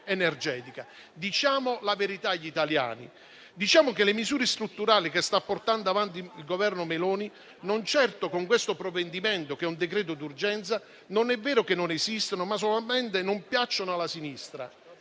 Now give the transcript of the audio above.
energetica. Diciamo la verità agli italiani, diciamo che le misure strutturali che sta portando avanti il Governo Meloni, non certo con questo provvedimento che è un decreto d'urgenza, non è vero che non esistono, ma solamente non piacciono alla sinistra